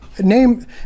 name